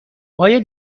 آیا